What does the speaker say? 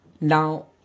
Now